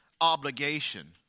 obligation